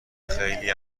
خلی